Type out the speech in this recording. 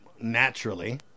naturally